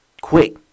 Quick